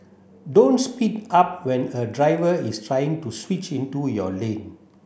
don't speed up when a driver is trying to switch into your lane